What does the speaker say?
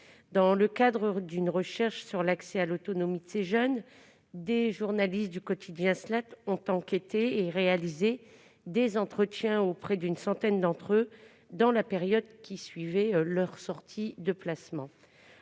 Dans le cadre d'une enquête sur l'accès à l'autonomie de ces jeunes, des journalistes du quotidien ont réalisé des entretiens auprès d'une centaine d'entre eux au cours de la période qui suivait leur sortie de placement.